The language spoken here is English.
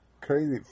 crazy